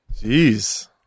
Jeez